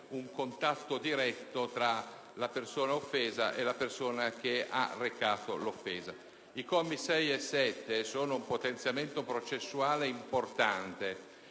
un contatto diretto tra la persona offesa e la persona che ha recato l'offesa. I commi 6 e 7 sono un potenziamento processuale importante.